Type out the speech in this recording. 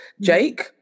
Jake